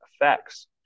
effects